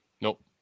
Nope